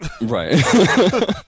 Right